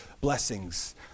blessings